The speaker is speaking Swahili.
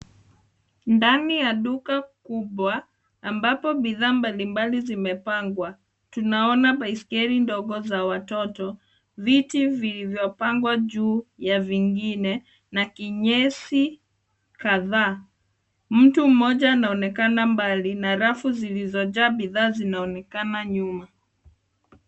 Ndani ya duka kubwa ambapo bidhaa mbalimbali zimepangwa, tunaona baiskeli ndogo za watoto, viti vilivyopangwa juu ya vingine na kinyesi kadhaa. Mtu mmoja anaonekana mbali na rafu zilizojaa bidhaa zinaonekana nyuma.